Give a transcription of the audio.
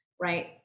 right